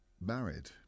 married